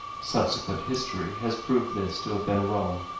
subsequent history has proved this to have been wrong.